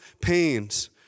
pains